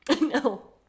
no